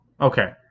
Okay